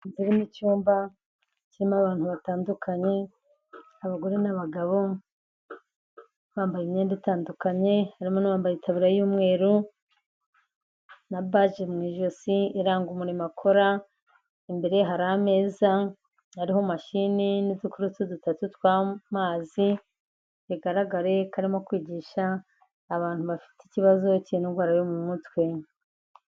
Icyumba kirimo abantu batandukanye abagore n'abagabo bambaye imyenda itandukanye harimo'abambayetayo y'umweru na bage mu ijosi iranga umurimo akora, imbere hari ameza hariho mashini n'udukurutu dutatu tw'amazi, bigaragare karimo kwigisha abantu bafite ikibazo cy'indwara yo mu mutwe.